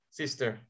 sister